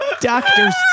Doctor's